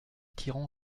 tyran